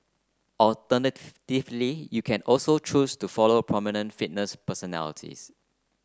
alternatively you can also choose to follow prominent fitness personalities